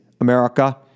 America